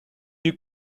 yeux